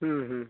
হুম হুম